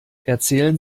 erzählen